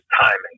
timing